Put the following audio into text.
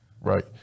right